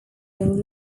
song